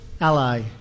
ally